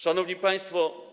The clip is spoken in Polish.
Szanowni Państwo!